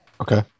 Okay